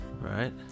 Right